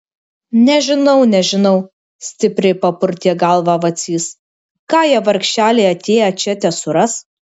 nežinau nežinau stipriai papurtė galvą vacys ką jie vargšeliai atėję čia tesuras